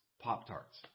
Pop-Tarts